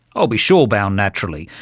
i'll be shore-bound, naturally,